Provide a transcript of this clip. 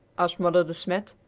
asked mother de smet.